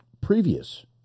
previous